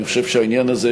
אני חושב שהעניין הזה,